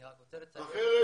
אחרת,